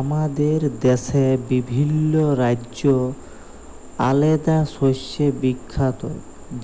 আমাদের দ্যাশে বিভিল্ল্য রাজ্য আলেদা শস্যে বিখ্যাত